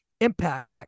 impact